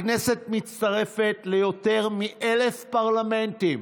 הכנסת מצטרפת ליותר מ-1,000 פרלמנטים,